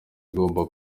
igomba